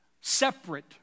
separate